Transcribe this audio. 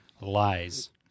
lies